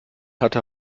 hatte